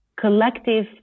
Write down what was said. collective